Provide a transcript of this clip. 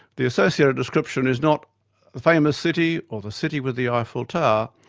the associated description is not the famous city, or the city with the eiffel tower,